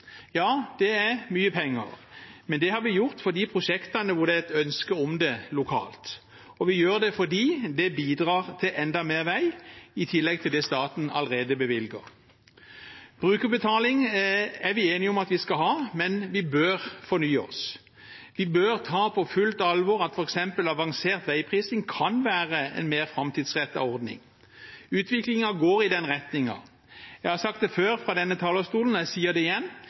Ja, det er mye penger, men det har vi gjort for de prosjektene hvor det er et ønske om det lokalt, og vi gjør det fordi det bidrar til enda mer vei i tillegg til det staten allerede bevilger. Brukerbetaling er vi enige om at vi skal ha, men vi bør fornye oss. Vi bør ta på fullt alvor at f.eks. avansert veiprising kan være en mer framtidsrettet ordning. Utviklingen går i den retningen. Jeg har sagt det før fra denne talerstolen, og jeg sier det igjen: